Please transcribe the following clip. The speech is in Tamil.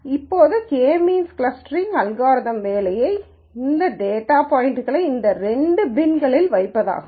இப்போது கே மீன்ஸ் க்ளஸ்டரிங் அல்காரிதத்தின் வேலை இந்த டேட்டா பாய்ன்ட்களை இந்த இரண்டு பின்களில் வைப்பதாகும்